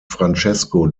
francesco